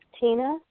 Tina